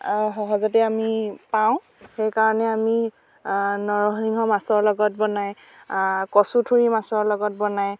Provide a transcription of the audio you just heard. সহজতে আমি পাওঁ সেইকাৰণে আমি নৰসিংহ মাছৰ লগত বনাই কচু ঠুৰি মাছৰ লগত বনাই